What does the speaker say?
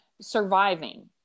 surviving